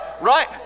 Right